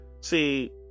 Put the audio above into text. See